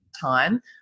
time